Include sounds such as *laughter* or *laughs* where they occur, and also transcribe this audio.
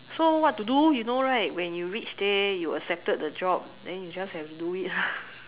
so what to do you know right when you reach there you accepted the job then you just have to do it lah *laughs*